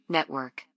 Network